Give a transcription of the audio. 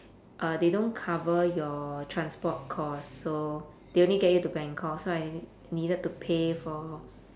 uh they don't cover your transport costs so they only get you to bangkok so I needed to pay for